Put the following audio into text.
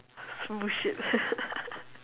bullshit